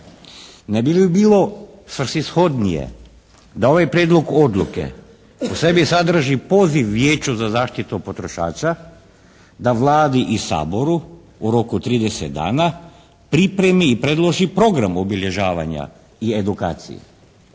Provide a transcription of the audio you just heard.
Ne bi li bilo svrsi shodnije da ovaj prijedlog odluke u sebi sadrži poziv Vijeću za zaštitu potrošača da Vladi i Saboru u roku 30 dana pripremi i predloži program obilježavanja i edukacije.